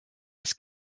this